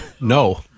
No